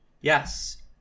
Yes